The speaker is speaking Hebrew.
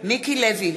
מיקי לוי,